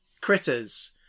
Critters